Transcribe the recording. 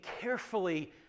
carefully